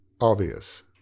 obvious